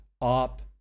op